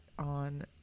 on